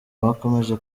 bakomeje